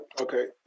Okay